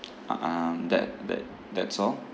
uh um that that that's all